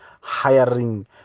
hiring